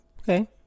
Okay